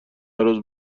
هرروز